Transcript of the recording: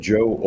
Joe